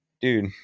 Dude